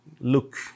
look